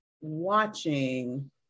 watching